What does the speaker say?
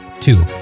Two